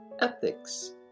ethics